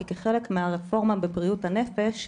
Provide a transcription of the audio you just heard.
כי כחלק מהרפורמה בבריאות הנפש,